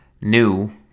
new